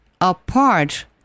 apart